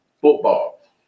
football